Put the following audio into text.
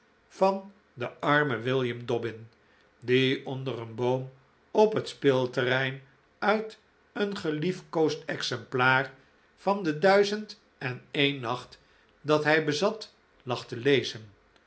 van den armen william dobbin die onder een boom op het speelterrein uit een geliefkoosd exemplaar van de duizend en een nacht dat hij bezat lag te lezen